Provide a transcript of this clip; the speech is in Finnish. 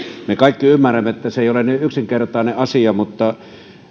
me kaikki ymmärrämme että se ei ole niin yksinkertainen asia mutta